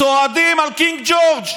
צועדים על קינג ג'ורג',